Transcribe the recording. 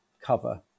cover